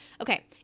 Okay